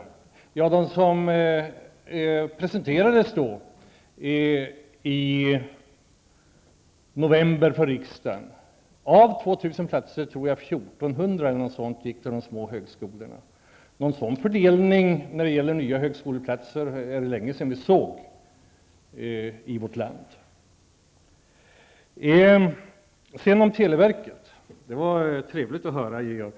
Beträffande vad som presenterades för riksdagen i november vill jag säga att jag tror att 1 400 av 2 000 platser gick till de små högskolorna. En sådan fördelning när det gäller nya högskoleplatser är det länge sedan vi såg i vårt land. Sedan något om televerket. Det var trevligt att höra på Georg Andersson.